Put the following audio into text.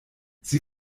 sie